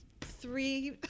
three